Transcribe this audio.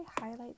highlight